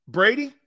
Brady